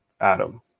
Adam